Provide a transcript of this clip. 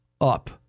up